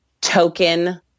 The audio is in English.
token